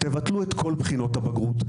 תבטלו את כל בחינות הבגרות.